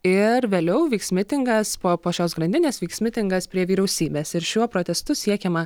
ir vėliau vyks mitingas po po šios grandinės vyks mitingas prie vyriausybės ir šiuo protestu siekiama